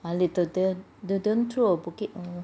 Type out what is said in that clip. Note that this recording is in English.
oh the~ the~ they don't throw a bouquet